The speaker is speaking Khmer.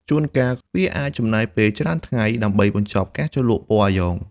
ជួនកាលវាអាចចំណាយពេលច្រើនថ្ងៃដើម្បីបញ្ចប់ការជ្រលក់ពណ៌អាយ៉ង។